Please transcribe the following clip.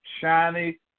shiny